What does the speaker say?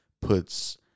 puts